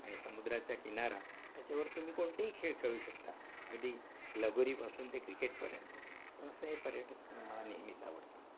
आणि समुद्राच्या किनारा त्याच्यावर तुम्ही कोणतेही खेळ खेळू शकता अगदी लगोरीपासून ते क्रिकेटपर्यंत तर असं हे पर्यटनस्थळ मला नेहमीच आवडतं